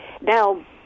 Now